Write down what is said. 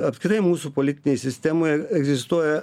apskritai mūsų politinėj sistemoj egzistuoja